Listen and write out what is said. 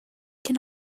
can